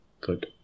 good